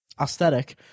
aesthetic